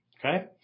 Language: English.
Okay